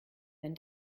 wenn